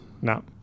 No